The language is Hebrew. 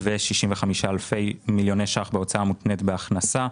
ו-65 מיליוני שקלים בהוצאה מותנית בהכנסה.